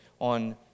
on